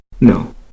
No